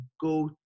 go